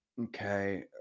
Okay